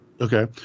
Okay